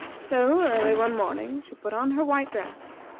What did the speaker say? so, early one morning, she put on her white dress,